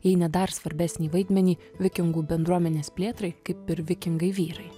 jei ne dar svarbesnį vaidmenį vikingų bendruomenės plėtrai kaip ir vikingai vyrai